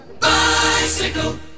Bicycle